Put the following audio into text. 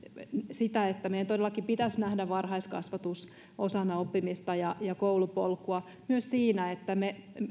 sitä että meidän todellakin pitäisi nähdä varhaiskasvatus osana oppimista ja ja koulupolkua myös siinä että me